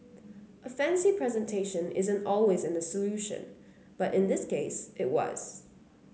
a fancy presentation isn't always a solution but in this case it was